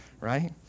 right